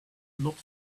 not